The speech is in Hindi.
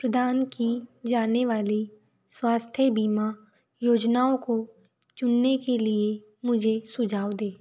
प्रदान की जाने वाली स्वास्थ्य बीमा योजनाओं को चुनने के लिए मुझे सुझाव दें